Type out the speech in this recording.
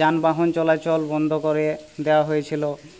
যানবাহন চলাচল বন্ধ করে দেওয়া হয়েছিলো